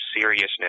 seriousness